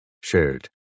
shared